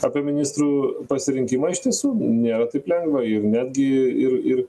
apie ministrų pasirinkimą iš tiesų nėra taip lengva ir netgi ir ir